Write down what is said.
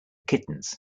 kittens